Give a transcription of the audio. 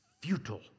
futile